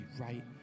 right